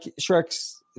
Shrek's